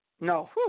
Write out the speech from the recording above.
No